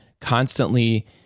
constantly